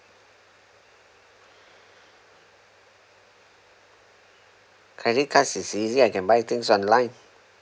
credit card it's easy I can buy things online